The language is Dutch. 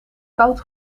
koud